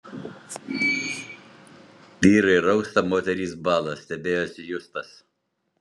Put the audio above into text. vyrai rausta moterys bąla stebėjosi justas